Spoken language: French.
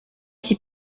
qui